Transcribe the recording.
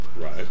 Right